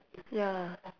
ya